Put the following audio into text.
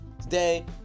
Today